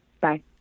Bye